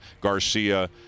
Garcia